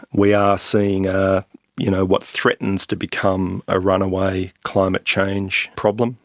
we are seeing ah you know what threatens to become a runaway climate change problem,